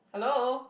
hello